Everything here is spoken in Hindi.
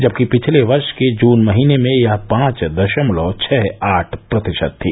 जबकि पिछले वर्ष के जून महीने में यह पांच दशमलव छह आठ प्रतिशत थी